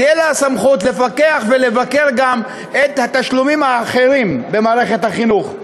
תהיה לה הסמכות לפקח ולבקר גם את התשלומים האחרים במערכת החינוך.